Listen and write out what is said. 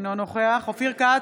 אינו נוכח אופיר כץ,